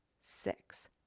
six